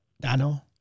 Dano